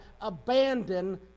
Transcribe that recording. abandon